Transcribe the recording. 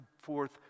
forth